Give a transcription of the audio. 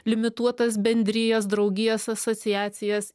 limituotas bendrijas draugijas asociacijas